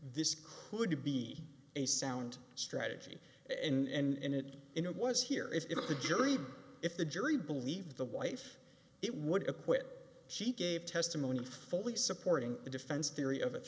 this could be a sound strategy and it in a was here if the jury if the jury believed the wife it would acquit she gave testimony fully supporting the defense theory of it